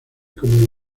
como